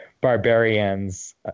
barbarians